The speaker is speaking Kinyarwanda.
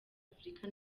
afurika